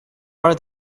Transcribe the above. are